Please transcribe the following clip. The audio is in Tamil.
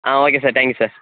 ah okay sir thank you sir